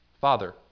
Father